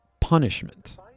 punishment